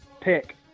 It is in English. Pick